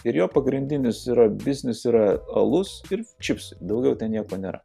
ir jo pagrindinis yra biznis yra alus ir čipsai daugiau nieko nėra